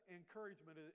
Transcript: encouragement